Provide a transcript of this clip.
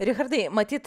richardai matyt